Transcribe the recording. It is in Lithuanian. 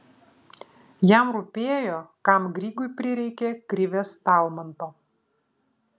jam rūpėjo kam grygui prireikė krivės talmanto